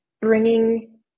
bringing